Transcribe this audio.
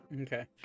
Okay